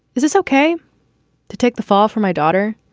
it's it's ok to take the fall for my daughter.